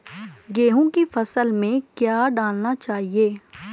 गेहूँ की फसल में क्या क्या डालना चाहिए?